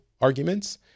arguments